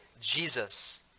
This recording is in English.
Jesus